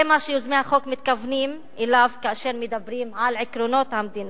זה מה שיוזמי החוק מתכוונים אליו כאשר מדברים על עקרונות המדינה.